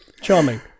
Charming